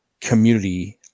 community